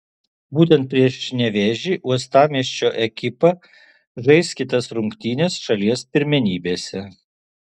būtent prieš nevėžį uostamiesčio ekipa žais kitas rungtynes šalies pirmenybėse